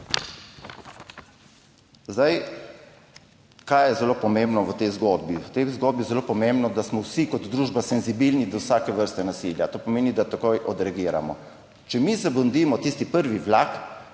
Kaj je zelo pomembno v tej zgodbi? V tej zgodbi je zelo pomembno, da smo vsi kot družba senzibilni do vsake vrste nasilja. To pomeni, da takoj odreagiramo. Če mi zamudimo tisti prvi vlak,